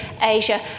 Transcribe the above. Asia